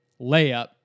layup